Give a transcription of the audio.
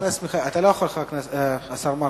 אתה לא יכול, השר מרגי,